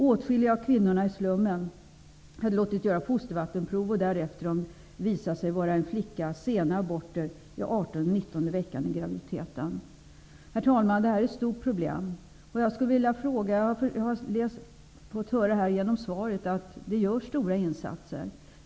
Åtskilliga av kvinnorna hade låtit göra fostervattenprov och därefter, om det visade sig vara en flicka, gjort sena aborter i 18:e och 19:e veckan av graviditeten. Herr talman! Det här är ett stort problem. Jag har nu fått höra av statsrådets svar att det görs stora insatser.